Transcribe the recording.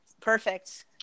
Perfect